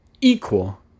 equal